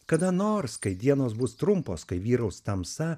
kada nors kai dienos bus trumpos kai vyraus tamsa